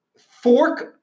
fork